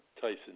Tyson